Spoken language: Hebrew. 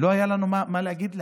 לא היה לנו מה להגיד להם.